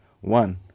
One